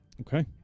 Okay